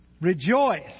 Rejoice